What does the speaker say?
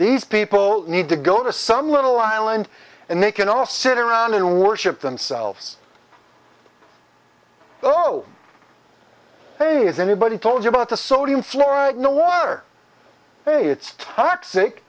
these people need to go to some little island and they can all sit around and worship themselves oh hey is anybody told you about the sodium fluoride know why are they it's toxic